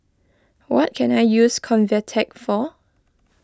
what can I use Convatec for